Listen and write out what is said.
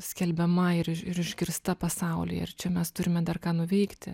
skelbiama ir ir išgirsta pasaulyje ir čia mes turime dar ką nuveikti